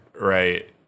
Right